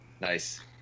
Nice